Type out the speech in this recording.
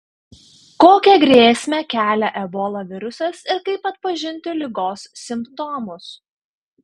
kokią grėsmę kelia ebola virusas ir kaip atpažinti ligos simptomus